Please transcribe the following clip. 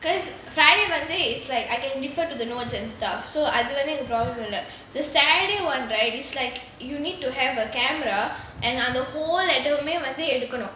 because friday monday is like I can refer to the notes and stuff so I do anything wrong அது வந்து எனக்கு:athu vanthu enakku problem இல்ல:illa the saturday [one] right is like you need to have a camera and on the whole அந்த:antha monday you have to இடமே எடுக்கணும்:idamae edukkanum